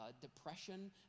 depression